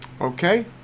Okay